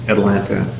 Atlanta